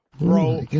bro